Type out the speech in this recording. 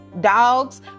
dogs